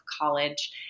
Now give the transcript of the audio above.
college